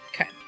Okay